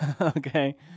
Okay